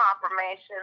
confirmation